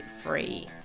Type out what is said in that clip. free